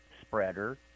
spreader